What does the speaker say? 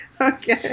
okay